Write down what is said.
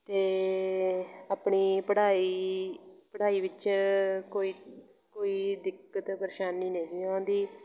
ਅਤੇ ਆਪਣੀ ਪੜ੍ਹਾਈ ਪੜ੍ਹਾਈ ਵਿੱਚ ਕੋਈ ਕੋਈ ਦਿੱਕਤ ਪਰੇਸ਼ਾਨੀ ਨਹੀਂ ਆਉਂਦੀ